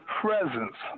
presence